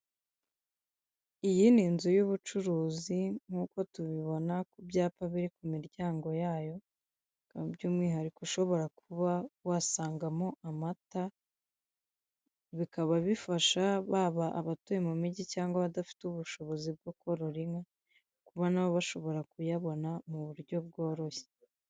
Iyi ni inzu y'ubucuruzi nk'uko tubibona ku byapa biri ku miryango yayo bikaba byumwihariko ushobora kuba wasangamo amata. Bikaba bifasha baba abatuye mU mijyi cyangwa abadafite ubushobozi bwo kororra inka kuba nabo bashobora kuyabona mu buryo bworoshye.